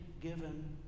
given